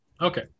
Okay